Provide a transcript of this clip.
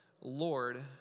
Lord